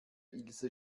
ilse